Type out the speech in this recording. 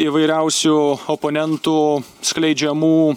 įvairiausių oponentų skleidžiamų